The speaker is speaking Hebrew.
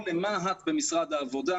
או למה"ט במשרד העבודה,